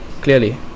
clearly